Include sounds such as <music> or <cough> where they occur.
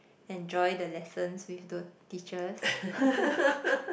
enjoy the lessons with the teachers <laughs>